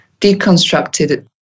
deconstructed